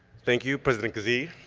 thank you, president kazee,